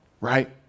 right